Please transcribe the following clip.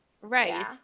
right